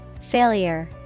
Failure